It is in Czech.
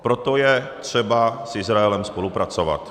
Proto je třeba s Izraelem spolupracovat.